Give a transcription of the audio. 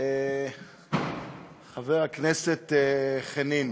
חבר הכנסת חנין,